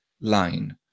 line